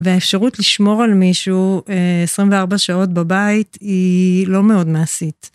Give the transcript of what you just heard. והאפשרות לשמור על מישהו 24 שעות בבית היא לא מאוד מעשית.